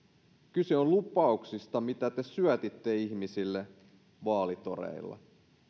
kyse on lupauksista mitä te syötitte ihmisille vaalitoreilla